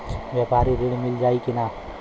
व्यापारी ऋण मिल जाई कि ना?